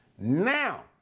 Now